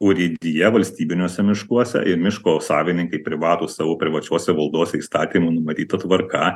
urėdija valstybiniuose miškuose ir miško savininkai privatūs savo privačiose valdose įstatymų numatyta tvarka